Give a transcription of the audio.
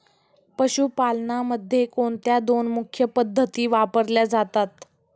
पशुपालनामध्ये कोणत्या दोन मुख्य पद्धती वापरल्या जातात?